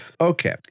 Okay